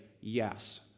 yes